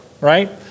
right